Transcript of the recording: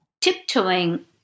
tiptoeing